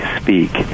speak